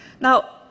Now